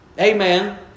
Amen